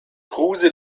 kruse